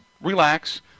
relax